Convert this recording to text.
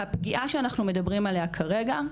הפגיעה שאנחנו מדברים עליה כרגע,